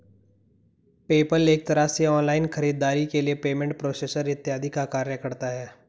PayPal एक तरह से ऑनलाइन खरीदारी के लिए पेमेंट प्रोसेसर इत्यादि का कार्य करता है